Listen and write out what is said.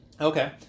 Okay